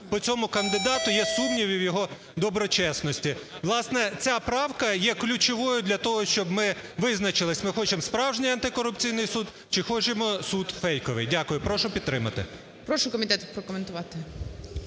по цьому кандидату є сумніви в його доброчесності. Власне, ця правка є ключовою для того, щоб ми визначились: ми хочемо справжній антикорупційний суд чи хочемо суд фейковий. Дякую. Прошу підтримати. ГОЛОВУЮЧИЙ. Прошу комітет прокоментувати.